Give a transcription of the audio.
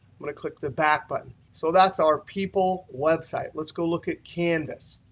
going to click the back button. so that's our people website. let's go look at canvas.